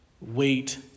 wait